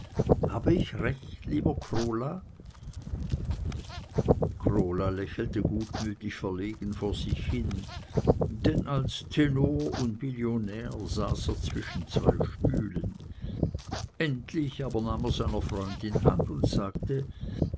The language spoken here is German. habe ich recht lieber krola krola lächelte gutmütig verlegen vor sich hin denn als tenor und millionär saß er zwischen zwei stühlen endlich aber nahm er seiner freundin hand und sagte